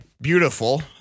Beautiful